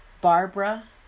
barbara